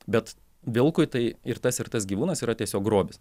bet vilkui tai ir tas ir tas gyvūnas yra tiesiog grobis